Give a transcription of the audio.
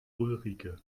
ulrike